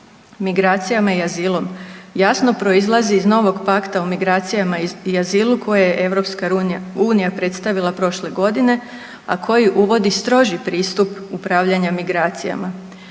migracijama i azilom jasno proizlazi iz novog pakta o migracijama i azilu koje je EU predstavila prošle godine, a koje uvodi stroži pristup upravljanja migracijama.